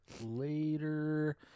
later